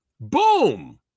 boom